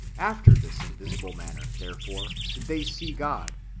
after this invisible manner, therefore, did they see god,